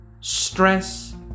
stress